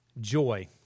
Joy